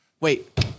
Wait